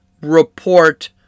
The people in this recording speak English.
report